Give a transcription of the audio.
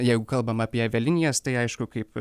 jeigu kalbam apie avialinijas tai aišku kaip